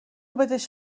بدش